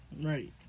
Right